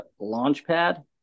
Launchpad